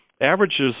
averages